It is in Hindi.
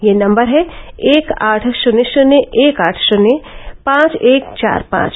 यह नम्बर है एक आठ शून्य शून्य एक आठ शून्य पांच एक चार पांच